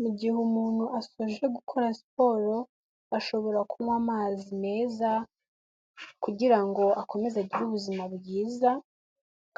Mu gihe umuntu asoje gukora siporo, ashobora kunywa amazi meza kugira ngo akomeze agire ubuzima bwiza